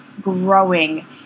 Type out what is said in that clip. growing